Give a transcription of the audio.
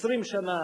20 שנה,